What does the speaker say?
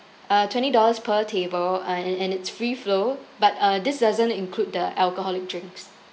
uh twenty dollars per table and and it's free flow but uh this doesn't include the alcoholic drinks